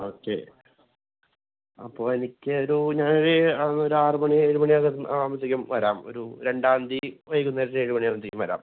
okay അപ്പോൾ എനിയ്ക്കൊരൂ ഞാനൊരു ഏ ഒരാറ് മണി ഏഴ് മണി ആകുമ്പത്തേനും വരാം ഒരു രണ്ടാന്തി വൈകുന്നേരത്തെ ഏഴ് മണിയാകുമ്പത്തേനും വരാം